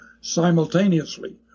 simultaneously